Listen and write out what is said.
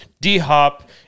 D-Hop